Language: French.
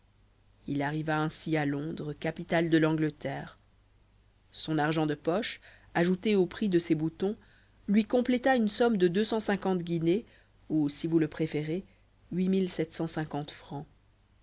il arriva ainsi à londres capitale de l'angleterre son argent de poche ajouté au prix de ses boutons lui compléta une somme de guinées ou si vous le préférez